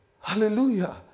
Hallelujah